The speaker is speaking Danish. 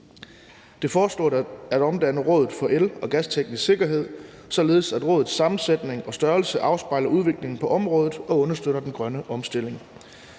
Det foreslås at omdanne Rådet for El- og Gasteknisk Sikkerhed, således at rådets sammensætning og størrelse afspejler udviklingen på området og understøtter den grønne omstilling.